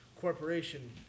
corporation